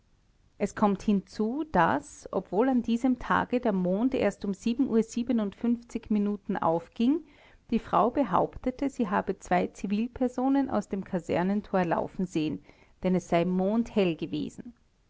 es kommt hinzu daß obwohl an diesem tage der mond erst um uhr minuten aufging die frau behauptete sie habe zwei zivilpersonen aus dem kasernentor laufen sehen denn es sei mondhell gewesen